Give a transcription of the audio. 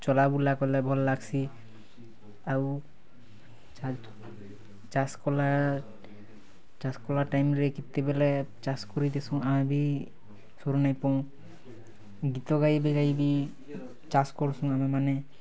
ଚଲାବୁଲା କଲେ ଭଲ୍ ଲାଗସି ଆଉ ଚାଷ୍ କଲେ ଚାଷ କଲା ଟାଇମ୍ରେ କେତେବେଲେ ଚାଷ କରଦିସୁଁ ଆମେ ବି ସର୍ ନେଇ ପୁଁ ଗୀତ ଗାଇବି ଗାଇବି ଚାଷ କରୁସୁଁ ଆମେମାନେ